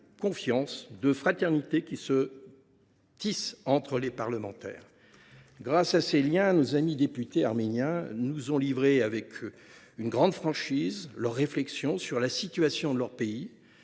confiance et de fraternité qui se tissent entre parlementaires. Grâce à ces liens, nos amis députés arméniens nous ont livré avec une grande franchise leurs réflexions sur la situation de leur pays.